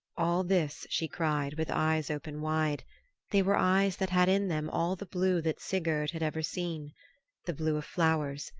all this she cried with eyes open wide they were eyes that had in them all the blue that sigurd had ever seen the blue of flowers,